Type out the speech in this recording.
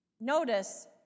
Notice